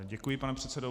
Děkuji, pane předsedo.